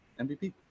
MVP